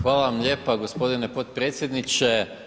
Hvala vam lijepa gospodine podpredsjedniče.